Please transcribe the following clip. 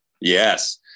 yes